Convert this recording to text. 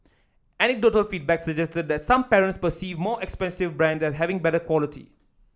anecdotal feedback suggested that some parents perceive more expensive brands as having better quality